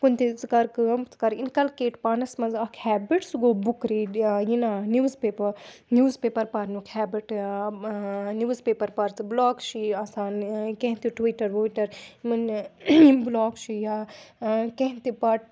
کُنہِ تہِ ژٕ کَر کٲم ژٕ کَر اِنکَلکیٹ پانَس منٛز اَکھ ہٮ۪بِٹ سُہ گوٚو بُک ریٖڈ یا یہِ نا نِوٕز پیپَر نِوٕز پیپَر پَرنُک ہٮ۪بِٹ نِوٕز پیپَر پَر ژٕ بٕلاک چھِ یہِ آسان کیٚنٛہہ تہِ ٹُوِٹَر وُوِٹَر یِمَن یِم بٕلاک چھِ یا کیٚنٛہہ تہِ پاٹ